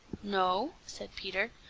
no, said peter,